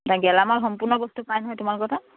গেলামাল সম্পূৰ্ণ বস্তু পাই নহয় তোমালোকৰ তাত